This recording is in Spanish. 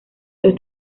los